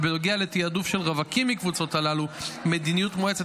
ובנוגע לתעדוף של רווקים מהקבוצות הללו קבעה מדיניות מועצת